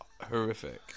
horrific